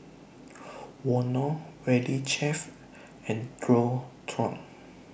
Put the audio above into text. Vono Valley Chef and Dualtron